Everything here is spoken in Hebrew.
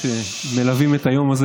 ששוכב בביתו תחת הקורונה.